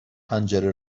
پنجره